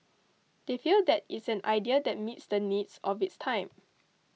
they feel that it's an idea that meets the needs of its time